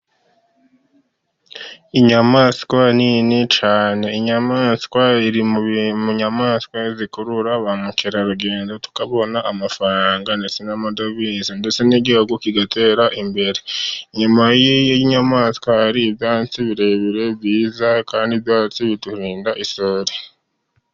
Inyamaswa nini cyane. Inyamaswa iri mu nyamaswa zikurura ba mukerarugendo tukabona n'amadovize, ndetse n'Igihugu kigatera imbere. Inyuma y'inyamaswa hari ibyatsi birebire byiza, kandi ibyatsi birinda isuri.